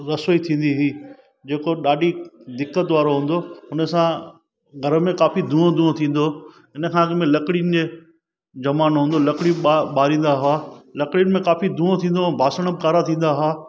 रसोई थींदी हुई जेको ॾाढी दिक़त वारो हूंदो हुन सां घर में काफ़ी धुओ धुओ थींदो हिन खां अॻ में लकड़ियुनि जे ज़मानो हूंदो हुओ लकड़ी बा बारींदा हुआ लकड़ियुनि में काफ़ी धुओ थींदो हुओ बासण बि कारा थींदा हुआ